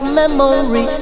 memory